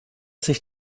sich